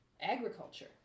agriculture